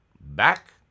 Back